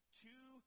two